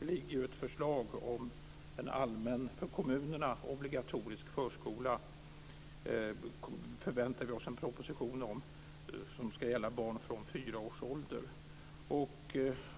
Det finns ett förslag om en för kommunerna allmän obligatorisk förskola för barn från fyra års ålder - vi förväntar oss en proposition.